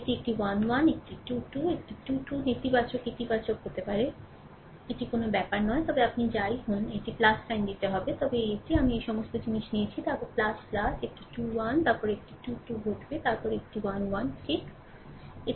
এটি একটি 1 1 একটি 2 2 একটি 2 2 নেতিবাচক ইতিবাচক হতে পারে এটি কোনও ব্যাপার নয় তবে আপনি যা যা হোন এটি সাইন নিতে হবে তবে এই এটি আমি এই সমস্ত জিনিস নিয়েছি তারপর একটি 21 তারপরে একটি 2 2 ঘটবে তারপরে একটি 1 2 ঠিক